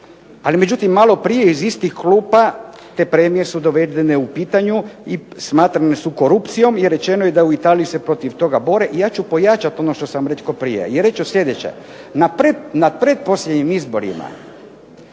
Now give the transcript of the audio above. Ali međutim maloprije iz istih klupa te premije su dovedene u pitanje i smatrane su korupcijom, jer rečeno je da u Italiji se protiv toga bore, i ja ću pojačati ono što sam rekao prije, i reći ću sljedeće na pretposljednjim izborima